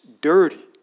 dirty